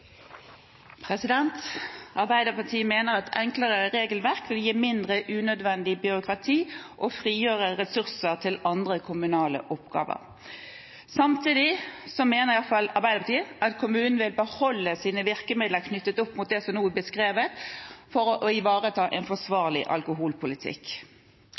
Arbeiderpartiet mener at enklere regelverk vil gi mindre unødvendig byråkrati og frigjøre ressurser til andre kommunale oppgaver. Samtidig mener iallfall Arbeiderpartiet at kommunene vil beholde sine virkemidler knyttet opp mot det som nå er beskrevet, for å ivareta en forsvarlig alkoholpolitikk.